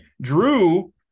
Drew